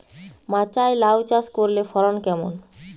মাচায় লাউ চাষ করলে ফলন কেমন?